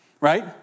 right